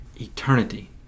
eternity